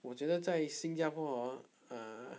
我觉得在新加坡 hor ah